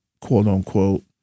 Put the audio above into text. quote-unquote